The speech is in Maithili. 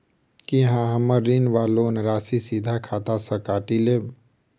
की अहाँ हम्मर ऋण वा लोन राशि सीधा खाता सँ काटि लेबऽ?